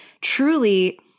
truly